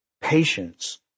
patience